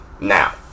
Now